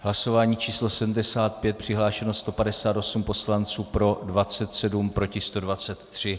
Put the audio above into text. Hlasování číslo 75, přihlášeno 158 poslanců, pro 27, proti 123.